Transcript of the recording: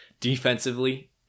defensively